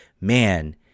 man—